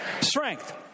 strength